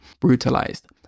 brutalized